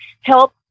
help